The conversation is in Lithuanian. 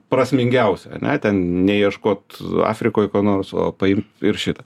prasmingiausia ane ten ne ieškot afrikoj ko nors o paimt ir šitą